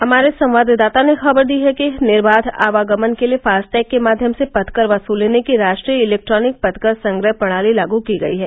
हमारे संवाददाता ने खबर दी है कि निर्बाध आवागमन के लिए फास्टैग के माध्यम से पथकर वसूलने की राष्ट्रीय इलेक्ट्रॉनिक पथकर संग्रह प्रणाली लागू की गई है